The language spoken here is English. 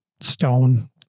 stone